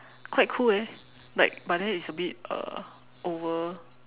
quite cool eh like but then it's like a bit uh over